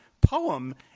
poem